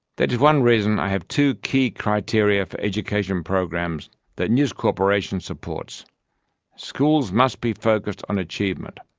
that is one reason i have two key criteria for education programs that news corporation supports schools must be focused on achievement.